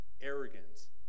arrogance